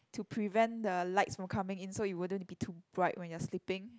to prevent the lights from coming in so it wouldn't be too bright when you are sleeping